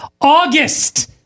august